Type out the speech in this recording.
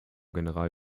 general